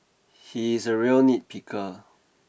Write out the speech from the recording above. he is a real nitpicker